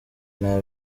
nta